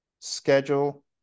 Schedule